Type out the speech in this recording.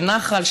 של נחל,